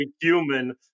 human